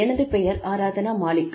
எனது பெயர் ஆராத்னா மாலிக்